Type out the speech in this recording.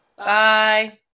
Bye